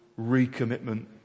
recommitment